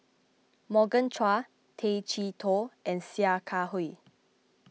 Morgan Chua Tay Chee Toh and Sia Kah Hui